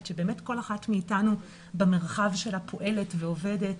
שבאמת, כל אחת מאיתנו במרחב שלה פועלת ועובדת